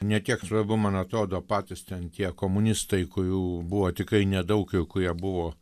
ne tiek svarbu man atrodo patys ten tie komunistai kurių buvo tikrai nedaug ir kurie buvo